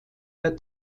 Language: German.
der